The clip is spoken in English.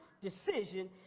decision